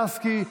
לסקי,